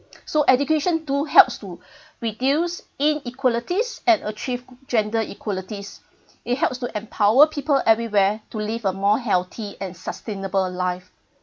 so education do helps to reduce inequalities and achieve gender equalities it helps to empower people everywhere to live a more healthy and sustainable life